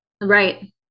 Right